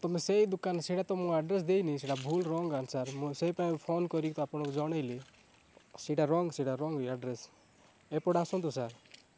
ତମେ ସେଇ ଦୋକାନ ସେଇଟା ମୁଁ ତ ଆଡ୍ରେସ୍ ଦେଇନି ସେଇଟା ଭୁଲ ରଙ୍ଗ ଆନସର ମୁଁ ସେଇଥିପାଇଁ ଫୋନ କରି ଆପଣଙ୍କୁ ଜଣେଇଲି ସେଇଟା ରଙ୍ଗ ସେଇଟା ରଙ୍ଗ ଆଡ୍ରେସ୍ ଏପଟେ ଆସନ୍ତୁ ସାର୍